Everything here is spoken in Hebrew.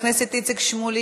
מוותר, חבר הכנסת איציק שמולי,